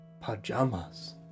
Pajamas